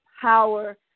power